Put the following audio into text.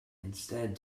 instead